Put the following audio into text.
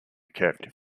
kept